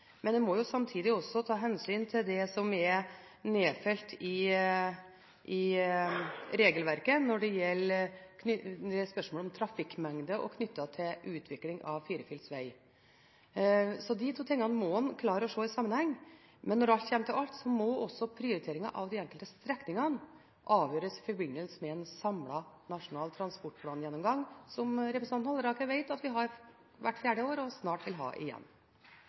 Men en må samtidig ta hensyn til det som er nedfelt i regelverket når det gjelder spørsmål om trafikkmengde knyttet til utvikling av firefelts veg. De to tingene må en klare å se i sammenheng. Men når alt kommer til alt, må også prioriteringen av de enkelte strekningene avgjøres i forbindelse med en samlet gjennomgang av Nasjonal transportplan, som representanten Halleraker vet at vi har hvert fjerde år og snart vil ha igjen.